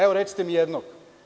Evo, recite mi jednog.